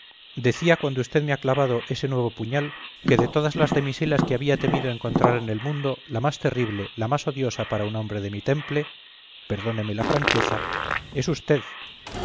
decía cuando usted me ha clavado ese nuevo puñal que de todas las damiselas que había temido encontrar en el mundo la más terrible la más odiosa para un hombre de mi temple perdóneme la franqueza es usted